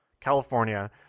California